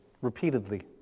repeatedly